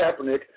Kaepernick